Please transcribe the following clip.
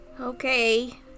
Okay